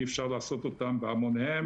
אי אפשר לעשות אותם בהמוניהם.